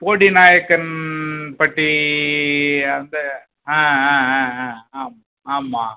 போடிநாயக்கன்பட்டி அந்த ஆ ஆ ஆ ஆ ஆம் ஆமாம்